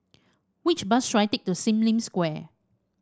which bus should I take to Sim Lim Square